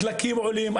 הדלקים עולים,